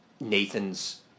Nathan's